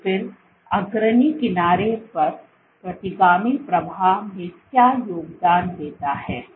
तो फिर अग्रणी किनारे पर प्रतिगामी प्रवाह में क्या योगदान देता है